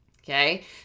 okay